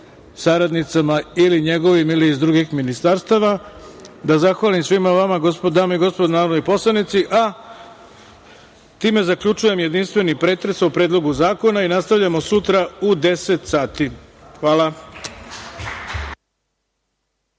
saradnicama ili njegovim ili iz drugih ministarstava, da zahvalim svima vama, dame i gospodo narodni poslanici. Time zaključujem jedinstveni pretres o Predlogu zakonu. Nastavljamo sutra u 10.00 sati. Hvala.